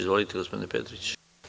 Izvolite gospodine Petriću.